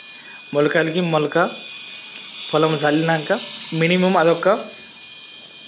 మొలకలకి మొలక పొలం చల్లినాక మినిమమ్ అదొక